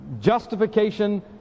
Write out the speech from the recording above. justification